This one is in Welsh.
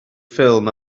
ffilm